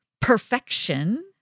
perfection